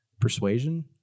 Persuasion